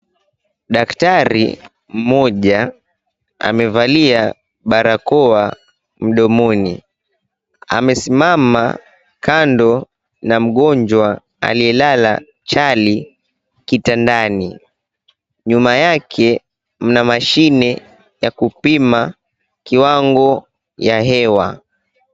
Daktari mmoja amevalia barakoa mdomoni. Amesimama kando na mgonjwa aliyelala chali kitandani. Nyuma yake mna mashine ya kupima kiwango ya hewa.